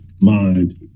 mind